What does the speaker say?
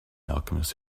alchemist